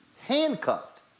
handcuffed